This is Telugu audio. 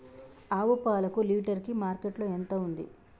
ఆవు పాలకు లీటర్ కి మార్కెట్ లో ఎంత ఉంది?